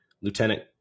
Lieutenant